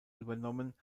übernommen